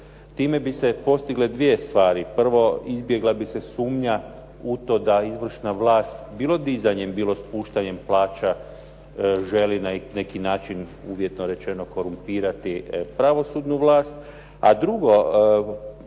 Time bi se postigle dvije svari. Prvo, izbjegla bi se sumnja u to da izvršna vlast bilo dizanjem, bilo spuštanjem plaća želi na neki način uvjetno rečeno korumpirati pravosudnu vlast.